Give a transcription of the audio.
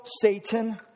Satan